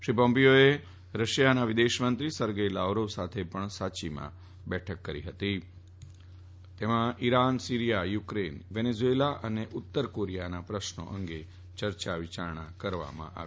શ્રી પોમ્પીઓએ રશિયાના વિદેશ મંત્રી સર્ગેઈ લાવરોવ સાથે પણ સાચીમાં બેઠક કરી હતી અને તેમાં ઈરાન સીરીયા યુકરેન વેનેઝ્રએલા તથા ઉત્તર કોરિયાના પ્રશ્નો અંગે ચર્ચા થઈ હતી